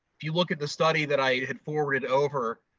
if you look at the study that i had forwarded over,